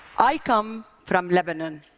i come from lebanon,